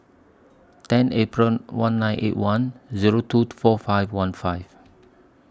ten April one nine eight one Zero two to four five one five